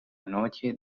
noche